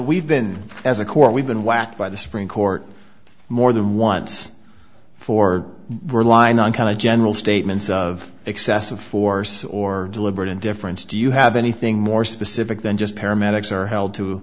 we've been as a core we've been whacked by the supreme court more than once for we're line on kind of general statements of excessive force or deliberate indifference do you have anything more specific than just paramedics are held to